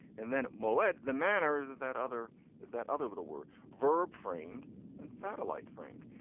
and then moayed the manner that that other is that other little word verb framed and satellite framed.